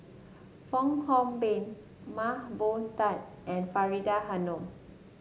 Fong Hoe Beng Mah Bow Tan and Faridah Hanum